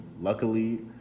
luckily